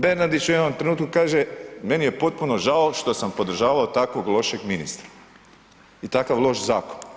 Bernardić u jednom trenutku kaže meni je potpuno žao što sam podržavao takvog lošeg ministra i takav loš zakon.